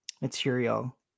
material